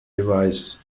device